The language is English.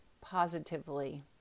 positively